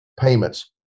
payments